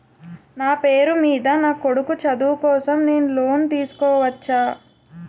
నా పేరు మీద నా కొడుకు చదువు కోసం నేను లోన్ తీసుకోవచ్చా?